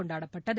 கொண்டாடப்பட்டது